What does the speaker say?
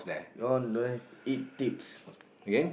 you all don't have eat tips